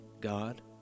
God